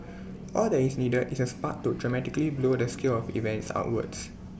all that is needed is A spark to dramatically blow the scale of events outwards